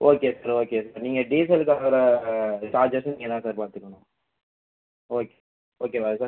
okay sir okay sir நீங்கள் டீசலுக்கு ஆகிற சார்ஜஸும் நீங்கள் தான் சார் பார்த்துக்கணும் ஓகே ஓகேவா சார்